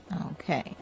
Okay